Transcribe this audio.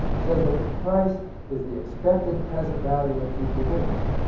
says that the price is the expected present value of future dividends.